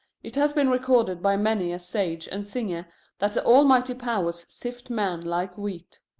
it has been recorded by many a sage and singer that the almighty powers sift men like wheat.